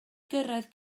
gyrraedd